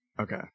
Okay